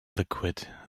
liquid